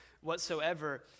whatsoever